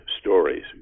stories